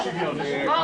12:19.